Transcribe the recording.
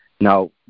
now